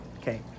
Okay